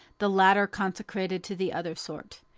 the latter consecrated to the other sort.